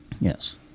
Yes